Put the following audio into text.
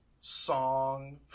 song